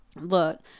look